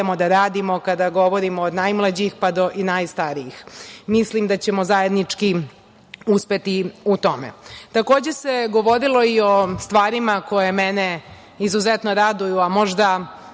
da radimo kada govorimo od najmlađih pa do najstarijih. Mislim da ćemo zajednički uspeti u tome. Takođe se govorilo i o stvarima koje mene izuzetno raduju, a možda